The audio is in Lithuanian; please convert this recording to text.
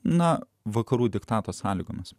na vakarų diktato sąlygomis